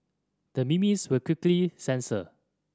the memes were quickly censored